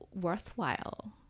worthwhile